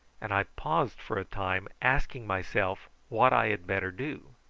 and i paused for a time, asking myself what i had better do.